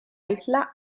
isla